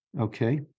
Okay